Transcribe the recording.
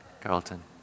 Carlton